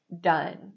done